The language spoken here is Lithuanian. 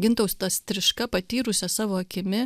gintautas striška patyrusia savo akimi